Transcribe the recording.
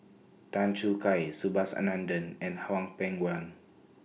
Tan Choo Kai Subhas Anandan and Hwang Peng Yuan